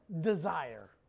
desire